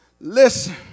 listen